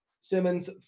Simmons